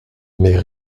mais